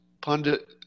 pundit